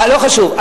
לא חשוב.